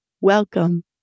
welcome